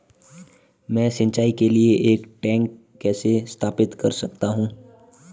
मैं सिंचाई के लिए एक टैंक कैसे स्थापित कर सकता हूँ?